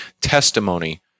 testimony